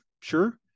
Sure